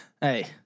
Hey